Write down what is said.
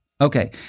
Okay